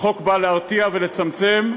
החוק בא להרתיע ולצמצם,